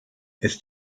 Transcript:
ist